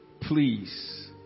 Please